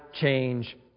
change